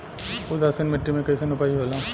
उदासीन मिट्टी में कईसन उपज होला?